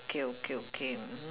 okay okay okay mm